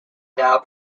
now